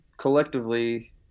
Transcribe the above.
Collectively